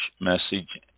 message